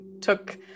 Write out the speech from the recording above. took